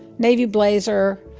navy blazer,